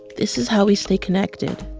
this is how we stay connected.